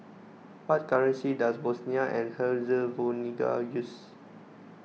what currency does Bosnia and Herzegovina use